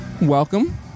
welcome